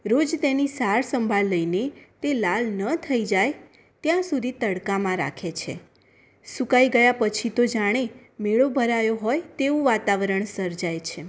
રોજ તેની સાર સંભાળ લઈને તે લાલ ન થઈ જાય ત્યાં સુધી તડકામાં રાખે છે સુકાઈ ગયા પછી તો જાણે મેળો ભરાયો હોય તેવું વાતાવરણ સર્જાય છે